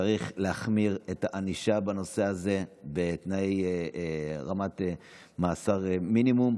צריך להחמיר את הענישה בנושא הזה ברמת מאסר מינימום,